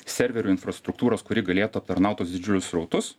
serverių infrastruktūros kuri galėtų aptarnaut tuos didžiulius srautus